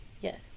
Yes